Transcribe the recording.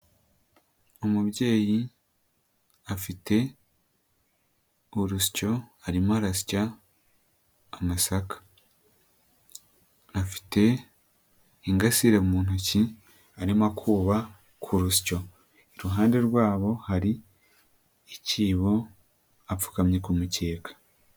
Umubyeyi afite urusyo, arimo arasya amasaka, afite ingasire mu ntoki arimo akuba ku rusyo, iruhande rwabo hari ikibo apfukamye ku mukeka.